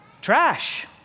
trash